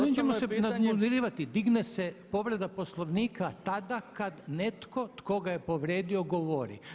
Nećemo se nadmudrivati, digne se povreda Poslovnika tada kad netko tko ga je povrijedio govori.